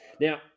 Now